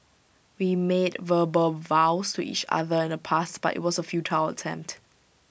we made verbal vows to each other in the past but IT was A futile attempt